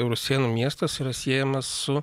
rusėnų miestas yra siejamas su